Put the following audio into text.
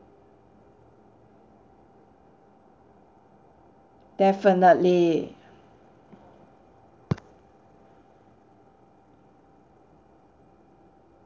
definitely